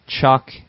chuck